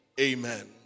Amen